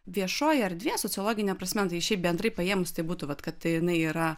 viešoji erdvė sociologine prasme tai šiaip bendrai paėmus tai būtų vat kad tai jinai yra